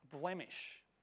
blemish